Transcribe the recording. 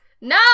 No